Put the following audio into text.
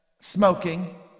smoking